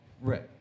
Right